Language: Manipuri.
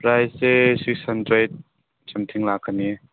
ꯄ꯭ꯔꯥꯏꯁꯁꯦ ꯁꯤꯛꯁ ꯍꯟꯗ꯭ꯔꯦꯠ ꯁꯝꯊꯤꯡ ꯂꯥꯛꯀꯅꯤꯑꯦ